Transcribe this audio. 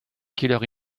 killer